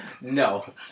No